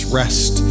rest